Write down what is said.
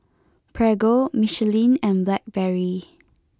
Prego Michelin and Blackberry